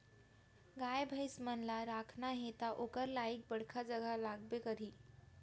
गाय भईंसी मन ल राखना हे त ओकर लाइक बड़का जघा लागबे करही